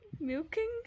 Milking